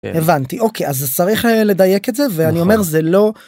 הבנתי אוקיי אז צריך לדייק את זה ואני אומר זה לא...